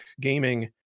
gaming